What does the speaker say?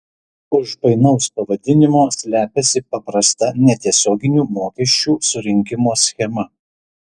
už painaus pavadinimo slepiasi paprasta netiesioginių mokesčių surinkimo schema